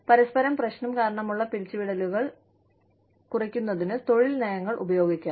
പരസ്പര പ്രശ്നം കാരണമുള്ള പിരിച്ചുവിടലുകൾ കുറയ്ക്കുന്നതിന് തൊഴിൽ നയങ്ങൾ ഉപയോഗിക്കാം